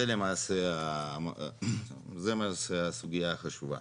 זה למעשה הסוגיה החשובה.